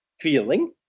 feeling